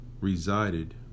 resided